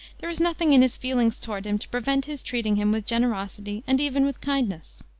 there is nothing in his feelings toward him to prevent his treating him with generosity, and even with kindness.